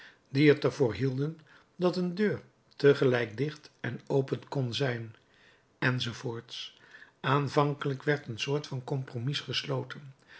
die het er voor hielden dat een deur tegelijk dicht en open kon zijn enzv aanvankelijk werd een soort van compromis gesloten